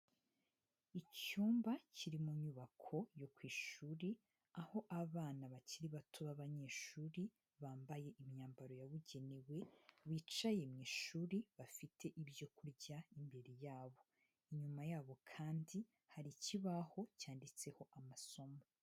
Icyumba kiri mu nyubako yo ku ishuri aho abana bakiri bato b'abanyeshuri bambaye imyambaro yabugenewe, bicaye mu ishuri bafite ibyo kurya imbere yabo, inyuma yabo kandi hari ikibaho cyanditseho amasomo.